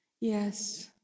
Yes